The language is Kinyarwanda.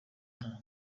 nta